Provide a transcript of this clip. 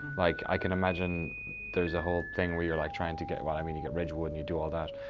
like i can imagine there's a whole thing where you're like trying to get, well i mean you get ridge-wood and you do all that,